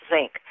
zinc